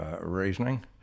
reasoning